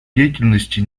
деятельности